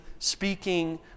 Speaking